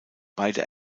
beide